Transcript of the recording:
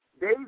Dave